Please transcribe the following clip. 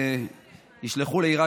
ישראל.